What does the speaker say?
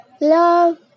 love